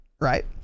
right